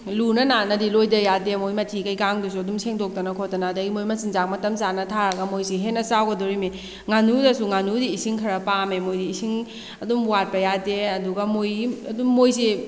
ꯂꯨꯅ ꯅꯥꯟꯅꯗꯤ ꯂꯣꯏꯗ ꯌꯥꯗꯦ ꯃꯣꯏ ꯃꯊꯤ ꯀꯩꯀꯥꯡꯗꯨꯁꯨ ꯑꯗꯨꯝ ꯁꯦꯡꯗꯣꯛꯇꯅ ꯈꯣꯠꯇꯅ ꯑꯗꯨꯗꯩ ꯃꯣꯏ ꯃꯆꯤꯡꯖꯥꯛ ꯃꯇꯝ ꯆꯥꯅ ꯊꯥꯔꯒ ꯃꯣꯏꯁꯤ ꯍꯦꯟꯅ ꯆꯥꯎꯒꯗꯣꯔꯤꯃꯤ ꯉꯥꯅꯨꯗꯁꯨ ꯉꯥꯅꯨꯗꯤ ꯏꯁꯤꯡ ꯈꯔ ꯄꯥꯝꯃꯦ ꯃꯣꯏꯗꯤ ꯏꯁꯤꯡ ꯑꯗꯨꯝ ꯋꯥꯠꯄ ꯌꯥꯗꯦ ꯑꯗꯨꯒ ꯃꯣꯏꯒꯤ ꯑꯗꯨꯝ ꯃꯣꯏꯖꯦ